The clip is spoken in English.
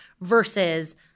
versus